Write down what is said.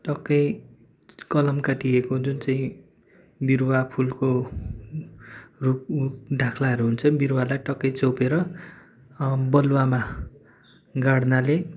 टक्कै कलम काटिएको जुन चाहिँ बिरुवा फुलको डाक्लाहरू हुन्छन् बिरुवालाई टक्कै चोबेर बालुवामा गाड्नाले